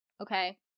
okay